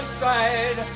side